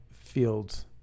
fields